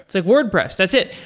like wordpress, that's it.